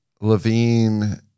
Levine